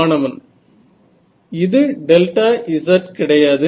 மாணவன் இது delta z கிடையாது